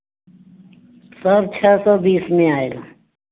सब छः सौ बीस में आएगा